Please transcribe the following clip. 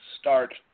start